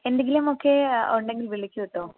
എന്തെങ്കിലും ഒക്കെ ഉണ്ടെങ്കിൽ വിളിക്കൂ കേട്ടോ